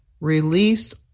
release